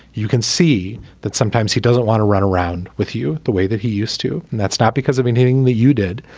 you can see that sometimes he doesn't want to run around with you the way that he used to. and that's not because i've been hitting the you did.